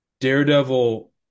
Daredevil